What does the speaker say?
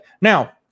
now